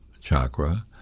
chakra